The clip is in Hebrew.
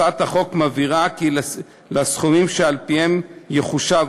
הצעת החוק מבהירה כי על הסכומים שעל-פיהם יחושב